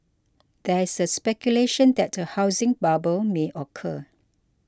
there is speculation that a housing bubble may occur